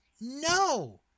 No